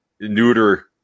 neuter